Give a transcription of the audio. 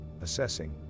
assessing